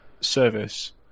service